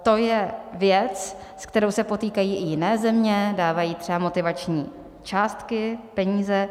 To je věc, s kterou se potýkají i jiné země, dávají třeba motivační částky, peníze.